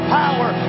power